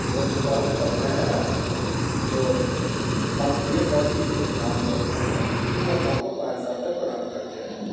वो लोग तो कहवे करते हैं ना जो हम एक बार किसी को प्रणाम करते हैं वो अब हम को पाँच साल तक प्रणाम करते रहें